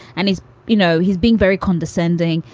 and he's you know, he's being very condescending.